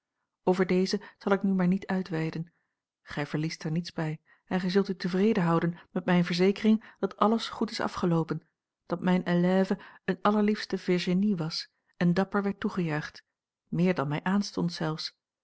over deze zal ik nu maar niet uitweiden gij verliest er niets bij en gij zult u tevreden houden met mijne verzekering dat alles goed is afgeloopen dat mijne élève een allerliefste virginie was en dapper werd toegejuicht meer dan mij aanstond zelfs